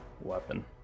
weapon